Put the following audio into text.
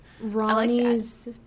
Ronnie's